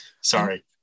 Sorry